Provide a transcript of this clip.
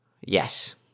Yes